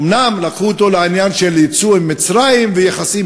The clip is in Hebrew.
אומנם לקחו אותו לעניין של ייצוא למצרים ויחסים